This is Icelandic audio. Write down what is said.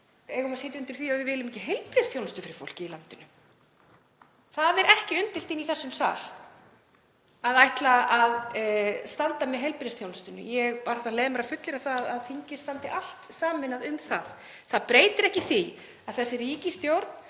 eigum að sitja undir því að við viljum ekki heilbrigðisþjónustu fyrir fólkið í landinu. Það er ekki undir í þessum sal, að ætla að standa með heilbrigðisþjónustunni. Ég bara leyfi mér að fullyrða að þingið standi allt sameinað um það. Það breytir ekki því að þessi ríkisstjórn